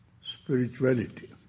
spirituality